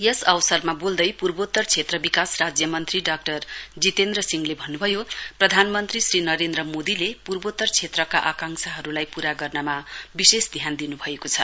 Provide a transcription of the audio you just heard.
यस अवसरमा बोल्दै पूर्वोत्तर क्षेत्र विकास राज्य मन्त्री डाक्टर जितेन्द्र सिंहले भन्नुभयो प्रधानमन्त्री श्री नरेन्द्र मोदीले पूर्वोत्तर क्षेत्रका आकामक्षाहरुलाई पूरा गर्नमा विशेष ध्यान दिनुभएको छ